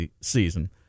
season